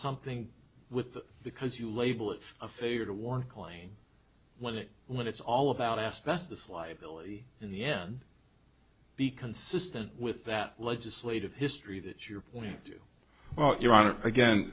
something with that because you label it a failure to warn clane when it when it's all about asbestos liability in the end be consistent with that legislative history that your point but your honor again